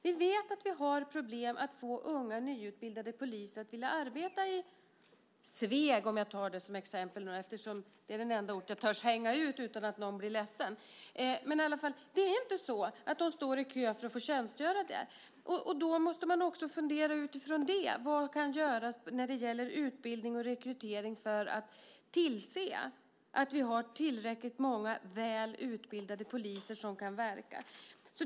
Vi vet att vi har problem när det gäller att få unga, nyutbildade poliser att vilja arbeta i till exempel Sveg - jag tar det som exempel eftersom det är den enda ort jag törs hänga ut utan att någon blir ledsen. De står inte i kö för att få tjänstgöra där, och då måste vi utifrån det fundera på vad som kan göras beträffande utbildning och rekrytering just för att kunna tillse att vi har tillräckligt många väl utbildade poliser som kan verka i landet.